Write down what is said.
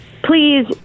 Please